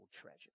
treasure